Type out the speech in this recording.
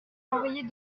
envoyer